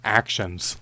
actions